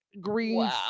green